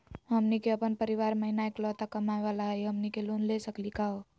हमनी के अपन परीवार महिना एकलौता कमावे वाला हई, हमनी के लोन ले सकली का हो?